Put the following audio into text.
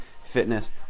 fitness